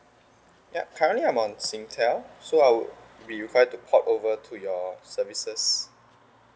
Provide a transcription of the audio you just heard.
yup currently I'm on singtel so I would be required to port over to your services